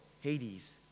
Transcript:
Hades